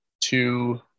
two